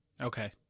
Okay